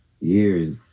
Years